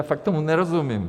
Já fakt tomu nerozumím.